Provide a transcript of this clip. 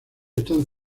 están